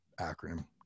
acronym